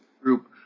group